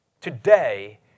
today